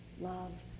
Love